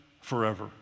forever